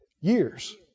Years